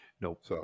Nope